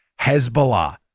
Hezbollah